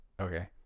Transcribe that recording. okay